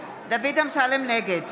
(קוראת בשמות חברי הכנסת) דוד אמסלם, נגד